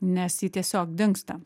nes ji tiesiog dingsta